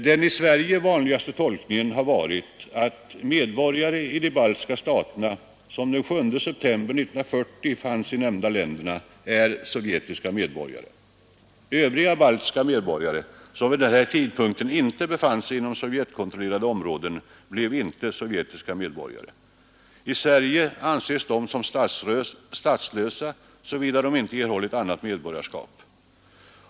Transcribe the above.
Den i Sverige vanligaste tolkningen har varit att medborgare i baltiska staterna, som den 7 september 1940 fanns i de nämnda länderna, är sovjetiska medborgare. Övriga baltiska medborgare, som vid denna tidpunkt inte befann sig inom sovjetkontrollerade områden, blev inte sovjetiska medborgare. I Sverige anses de som statslösa, såvida de inte erhållit annat medborgarskap.